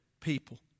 people